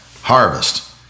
harvest